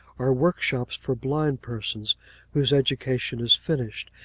are work shops for blind persons whose education is finished,